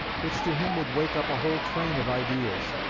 which to him would wake up a whole train of ideas,